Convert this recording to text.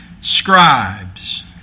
scribes